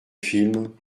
film